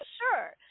sure